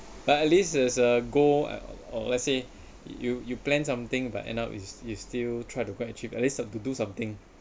but at least as a goal or let's say you you plan something but end up is is still try to achieve at least have to do something